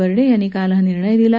बर्डे यांनी काल हा निर्णय दिला